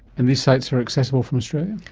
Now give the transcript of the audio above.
and these sites are accessible from australia?